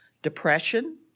Depression